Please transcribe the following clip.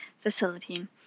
facility